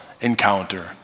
encounter